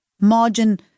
margin